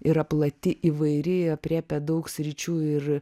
yra plati įvairi aprėpia daug sričių ir